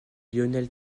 lionel